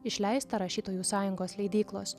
išleista rašytojų sąjungos leidyklos